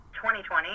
2020